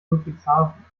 ludwigshafen